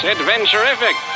Adventurific